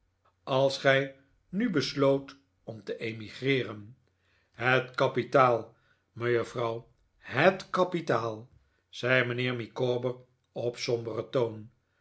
als gij nu besloot om te emigreeren het kapitaal mejuffrouw het kapitaal zei mijnheer micawber op somberen toon